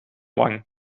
wang